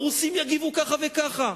הרוסים יגיבו ככה וככה.